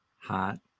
hot